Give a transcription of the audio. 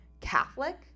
Catholic